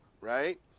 right